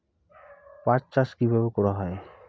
পাট চাষ কীভাবে করা হয়?